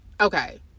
Okay